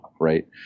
right